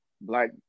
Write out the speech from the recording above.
black